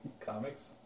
comics